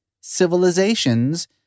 civilizations